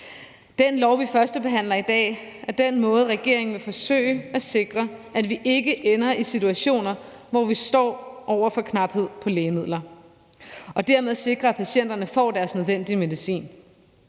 Det lovforslag, vi førstebehandler i dag, er den måde, regeringen vil forsøge at sikre, at vi ikke ender i situationer, hvor vi står over for knaphed på lægemidler, og dermed sikre, at patienterne får deres nødvendige medicin.